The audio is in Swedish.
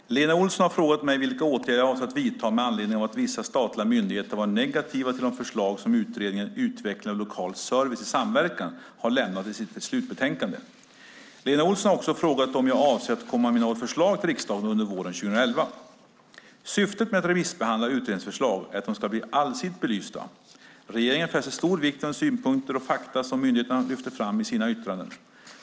Fru talman! Lena Olsson har frågat mig vilka åtgärder jag avser att vidta med anledning av att vissa statliga myndigheter var negativa till de förslag som utredningen Utveckling av lokal service i samverkan har lämnat i sitt slutbetänkande. Lena Olsson har också frågat om jag avser att komma med något förslag till riksdagen under våren 2011. Syftet med att remissbehandla utredningsförslag är att de ska bli allsidigt belysta. Regeringen fäster stor vikt vid de synpunkter och fakta som myndigheterna lyfter fram i sina yttranden.